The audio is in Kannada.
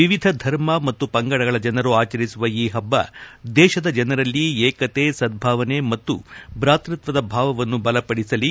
ವಿವಿಧ ಧರ್ಮ ಮತ್ತು ಪಂಗಡಗಳ ಜನರು ಆಚರಿಸುವ ಈ ಹಬ್ಬ ದೇಶದ ಜನರಲ್ಲಿ ಏಕತೆ ಸದ್ಬಾವನೆ ಮತ್ತು ಭಾತೃತ್ವದ ಭಾವವನ್ನು ಬಲಪದಿಸಲಿ